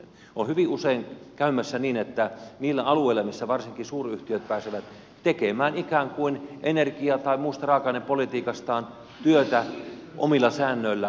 on hyvin usein käymässä niin että niillä alueilla missä varsinkin suuryhtiöt pääsevät tekemään ikään kuin energia tai muusta raaka ainepolitiikastaan työtä omilla säännöillään